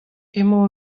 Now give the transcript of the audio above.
emañ